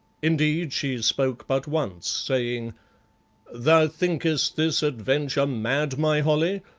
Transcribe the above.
indeed, she spoke but once, saying thou thinkest this adventure mad, my holly?